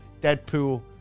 deadpool